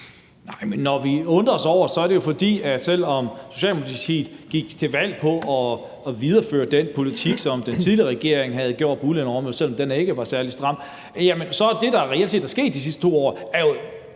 Når vi undrer os over det, er det jo, fordi at selv om Socialdemokratiet gik til valg på at videreføre den politik, som den tidligere regering havde ført på udlændingeområdet, selv om den ikke var særlig stram, så er det, der reelt set er sket de sidste 2 år,